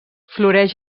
floreix